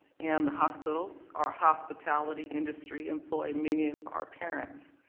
and the hospitals, our hospitality industry employ many of our parents